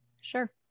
Sure